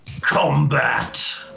Combat